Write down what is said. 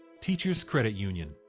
teachers credit union.